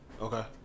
Okay